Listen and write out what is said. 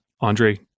Andre